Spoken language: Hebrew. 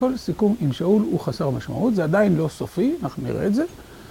‫כל סיכום עם שאול הוא חסר משמעות, ‫זה עדיין לא סופי, אנחנו נראה את זה.